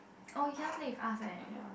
oh you cannot play with us eh